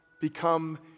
become